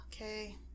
Okay